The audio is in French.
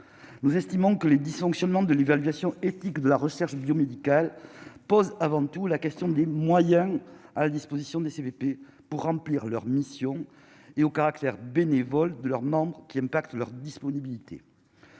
nous estimons que les dysfonctionnements de l'évaluation éthique de la recherche biomédicale pose avant tout la question des moyens à la disposition des CVP pour remplir leur mission et au caractère bénévole de leurs nombres qui impacte leur disponibilité,